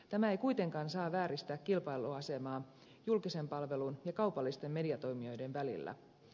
tämä ei kuitenkaan saa vääristää kilpailuasemaa julkisen palvelun ja kaupallisten mediatoimijoiden välillä